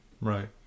right